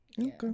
okay